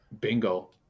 bingo